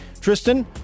Tristan